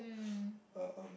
um